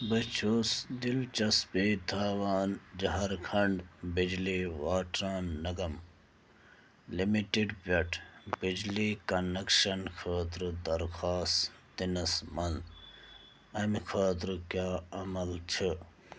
بہٕ چھُس دِلچسپی تھاوان جھارکھَنڈ بِجلی واٹران نَگم لِمِٹٕڈ پٮ۪ٹھ بجلی کَنکشَن خٲطرٕ درخاست دِنَس منٛز اَمہِ خٲطرٕ کیٛاہ عمل چھِ